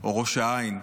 או ראש העין?